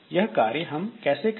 यह कार्य हम कैसे करें